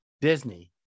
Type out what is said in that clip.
Disney